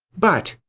but,